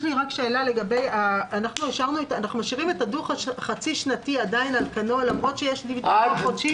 אנחנו משאירים את הדוח החצי שנתי על כנו למרות שיש דיווח חודשי?